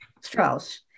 Strauss